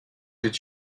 did